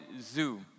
Zoo